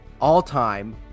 all-time